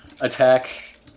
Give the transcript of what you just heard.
attack